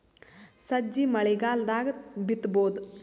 ಸಜ್ಜಿ ಮಳಿಗಾಲ್ ದಾಗ್ ಬಿತಬೋದ?